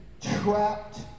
trapped